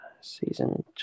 Season